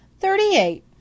Thirty-eight